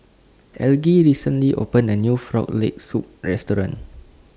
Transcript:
Elgie recently opened A New Frog Leg Soup Restaurant